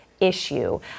issue